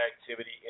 activity